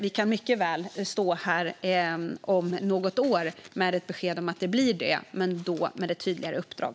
Vi kan mycket väl stå här om något år med ett besked om att det blir en sådan, men då med ett tydligare uppdrag.